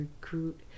recruit